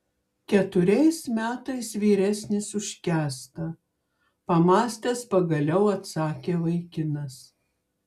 keturiais metais vyresnis už kęstą pamąstęs pagaliau atsakė vaikinas